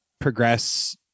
progress